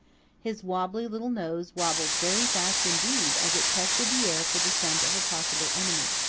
his wobbly little nose wobbled very fast indeed as it tested the air for the scent of a possible enemy.